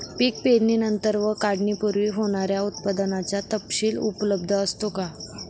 पीक पेरणीनंतर व काढणीपूर्वी होणाऱ्या उत्पादनाचा तपशील उपलब्ध असतो का?